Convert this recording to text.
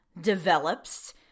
develops